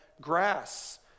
grass